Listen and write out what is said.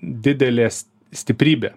didelės stiprybė